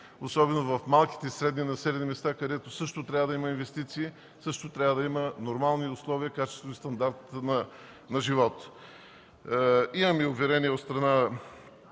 особено в малките и средни населени места, където също трябва да има инвестиции, нормални условия на качеството и стандарта на живот. Имаме уверение от страна